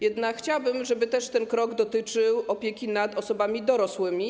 Jednak chciałabym, żeby też ten krok dotyczył opieki nad osobami dorosłymi.